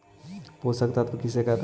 पोषक तत्त्व किसे कहते हैं?